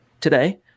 today